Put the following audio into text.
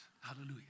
hallelujah